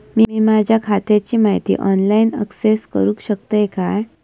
मी माझ्या खात्याची माहिती ऑनलाईन अक्सेस करूक शकतय काय?